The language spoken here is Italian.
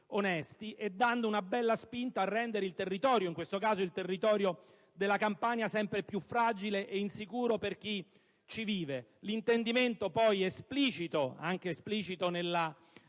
legge, e dà una bella spinta a rendere il territorio, in questo caso quello della Campania, sempre più fragile e insicuro per chi ci vive. L'intendimento, esplicito anche nelle